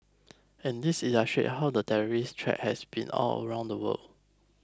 and these illustrate how the terrorist threat has been all around the world